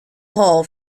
hall